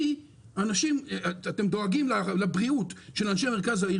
אתם דואגים לבריאות של אנשי מרכז העיר,